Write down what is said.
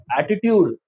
attitude